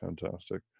fantastic